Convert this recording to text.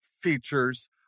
features